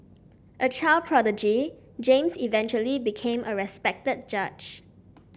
a child prodigy James eventually became a respected judge